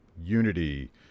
unity